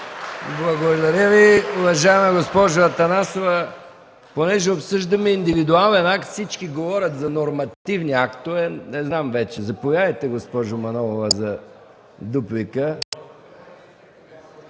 Благодаря Ви. Уважаема госпожо Атанасова, понеже обсъждаме индивидуален акт, всички говорят за нормативни актове, не знам вече… Заповядайте, госпожо Манолова, за дуплика.